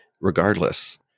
regardless